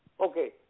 Okay